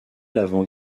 l’avant